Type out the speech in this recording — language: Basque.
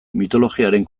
mitologiaren